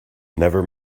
never